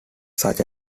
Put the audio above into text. such